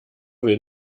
will